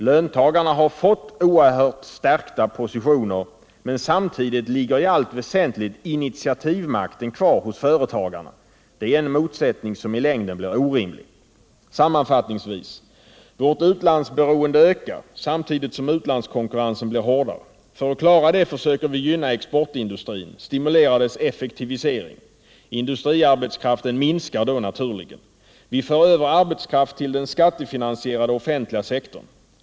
Löntagarna har fått oerhört stärkta positioner. Men samtidigt ligger i allt väsentligt initiativmakten kvar hos företagarna. Det är en motsättning som i längden blir orimlig. Sammanfattningsvis: Vårt utlandsberoende ökar samtidigt som utlandskonkurrensen blir hårdare. För att klara det försöker vi gynna exportindustrin och stimulera dess effektivisering. Industriarbetskraften minskar då naturligen. Vi för över arbetskraft till den skattefinansierade offentliga sektorn.